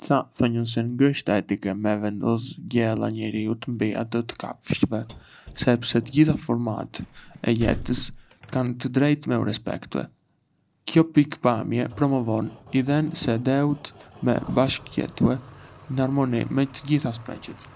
Ca thonjën se ngë është etike me vendosë gjella e njeriut mbi atë të kafshëve, sepse të gjitha format e jetës kanë të drejtë me u respektue. Kjo pikëpamje promovon idenë se duhet me bashkëjetue në harmoni me të gjitha speciet.